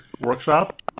Workshop